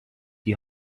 die